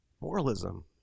moralism